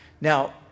now